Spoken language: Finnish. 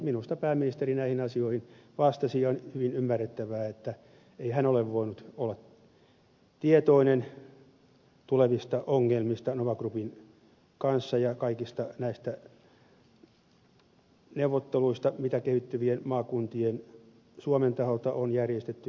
minusta pääministeri näihin asioihin vastasi ja on hyvin ymmärrettävää että ei hän ole voinut olla tietoinen tulevista ongelmista nova groupin kanssa ja kaikista näistä neuvotteluista mitä kehittyvien maakuntien suomen taholta on järjestetty